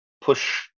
push